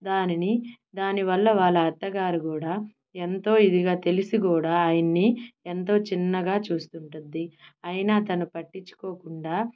దానిని దాని వల్ల వాళ్ళ అత్తగారు కూడా ఎంతో ఇదిగా తెలిసి కూడా ఆయన్ని ఎంతో చిన్నగా చూస్తుంటుంది అయినా తను పట్టించుకోకుండా